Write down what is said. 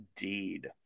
indeed